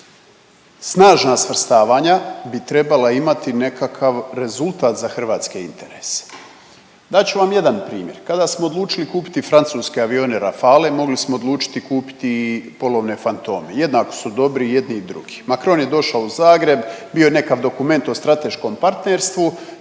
Snažna svrstavanja bi trebala imati nekakav rezultat za hrvatske interese. Dat ću vam jedan primjer, kada smo odlučili kupiti francuske avione Rafalee mogli smo odlučiti kupiti i polovne Fantome, jednako su dobri jedni i drugi. Macron je došao u Zagreb bio je nekakav dokument o strateškom partnerstvu.